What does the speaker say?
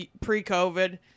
pre-covid